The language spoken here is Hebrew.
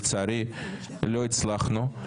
לצערי לא הצלחנו.